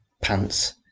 pants